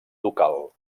ducal